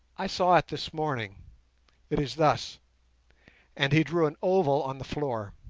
i saw it this morning it is thus and he drew an oval on the floor